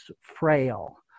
frail